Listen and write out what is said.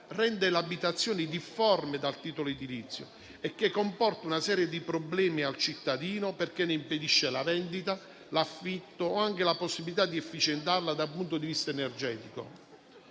rende l'abitazione difforme dal titolo edilizio e che comporta una serie di problemi al cittadino perché ne impedisce la vendita, l'affitto o anche la possibilità di efficientarla dal punto di vista energetico.